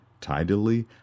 tidily